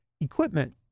Equipment